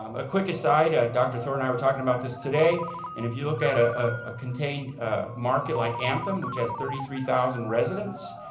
um a quicker side, ah dr. thor and i were talking about this today, and if you look at a ah contained ah market like anthem, which has thirty three thousand residents.